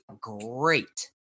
great